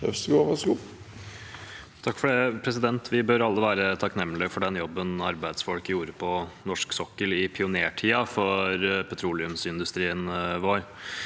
(komite- ens leder): Vi bør alle være takknemlige for den jobben arbeidsfolk gjorde på norsk sokkel i pionertiden for petroleumsindustrien vår.